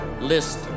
list